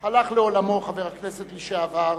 הלך לעולמו חבר הכנסת לשעבר